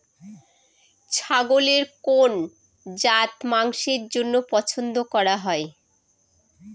ছাগলের কোন জাত মাংসের জন্য পছন্দ করা হয়?